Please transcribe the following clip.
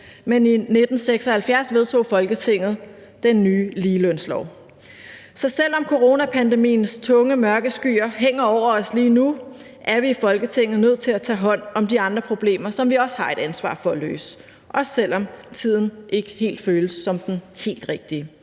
men i 1976 vedtog Folketinget den nye ligelønslov. Så selv om coronapandemiens tunge mørke skyer hænger over os lige nu, er vi i Folketinget nødt til at tage hånd om de andre problemer, som vi også har et ansvar for at løse – også selv om tiden ikke helt føles som den helt rigtige.